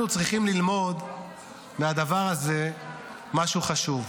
אנחנו צריכים ללמוד מהדבר הזה משהו חשוב.